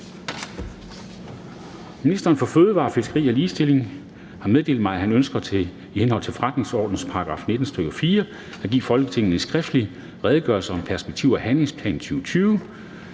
Ministeren for fødevarer, fiskeri og ligestilling (Mogens Jensen) har meddelt mig, at han ønsker i henhold til forretningsordenens § 19, stk. 4, at give Folketinget en skriftlig Redegørelse om perspektiv- og handlingsplan 2020.